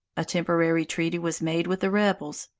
a temporary treaty was made with the rebels,